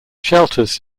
shelters